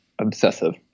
obsessive